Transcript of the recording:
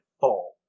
fall